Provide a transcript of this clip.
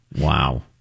Wow